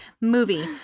Movie